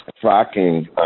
tracking